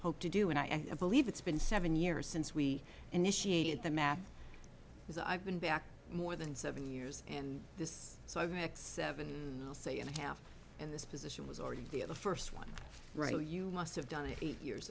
hoped to do and i believe it's been seven years since we initiated the math because i've been back more than seven years and this so the next seven say and a half and this position was already in the at the first one right oh you must have done it eight years